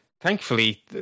Thankfully